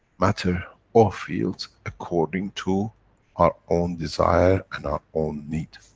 matter or fields according to our own desire and our own need.